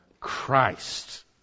christ